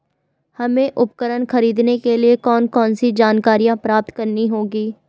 हमें उपकरण खरीदने के लिए कौन कौन सी जानकारियां प्राप्त करनी होगी?